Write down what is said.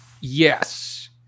Yes